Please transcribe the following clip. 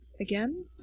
again